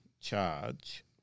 charge